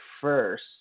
first